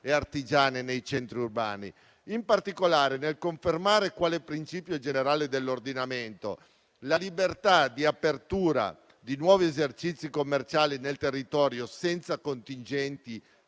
e artigiane nei centri urbani. In particolare, nel confermare quale principio generale dell'ordinamento la libertà di apertura di nuovi esercizi commerciali nel territorio senza limiti contingenti